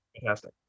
fantastic